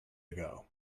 ago